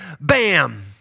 Bam